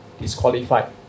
Disqualified